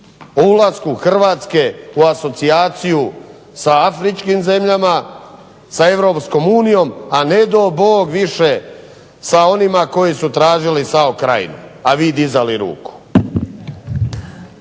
ulasku Hrvatske u asocijaciju sa afričkim zemljama, sa Europskom unijom, a ne dao Bog više sa onima koji su tražili SAO krajinu a vi dizali ruku.